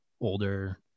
older